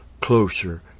closer